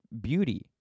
beauty